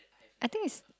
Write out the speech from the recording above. I think is